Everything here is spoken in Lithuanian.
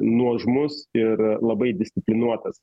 nuožmus ir labai disciplinuotas